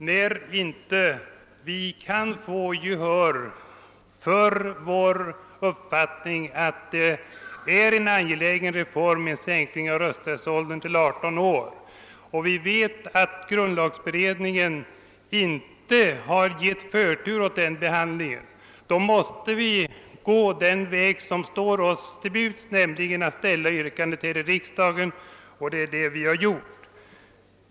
När vi inte kan få gehör för vår uppfattning att en sänkning av rösträttsåldern till 18 år är en angelägen reform och vi vet att grundlagberedningen inte har gett förtur åt behandlingen av den frågan, måste vi gå den väg som står oss till buds, nämligen att här i riksdagen ställa det yrkande som vi nu har ställt.